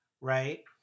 right